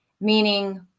meaning